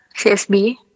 CSB